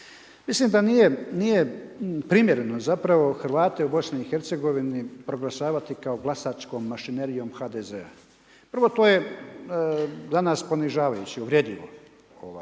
Mislim da nije primjereno zapravo Hrvate u Bosni i Hercegovini proglašavati kao glasačkom mašinerijom HDZ-a. Prvo to je za nas ponižavajuće, uvredljivo.